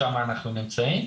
שם אנחנו נמצאים.